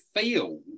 feel